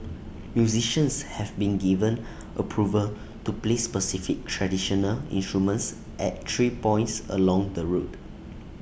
musicians have been given approval to play specified traditional instruments at three points along the route